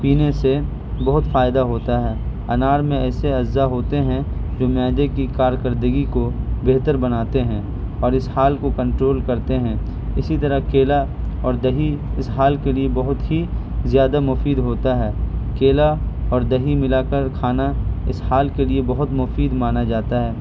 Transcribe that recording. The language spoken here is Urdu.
پینے سے بہت فائدہ ہوتا ہے انار میں ایسے اجزا ہوتے ہیں جو معدے کی کارکردگی کو بہتر بناتے ہیں اور اسہال کو کنٹرول کرتے ہیں اسی طرح کیلا اور دہی اسہال کے لیے بہت ہی زیادہ مفید ہوتا ہے کیلا اور دہی ملا کر کھانا اسہال کے لیے بہت مفید مانا جاتا ہے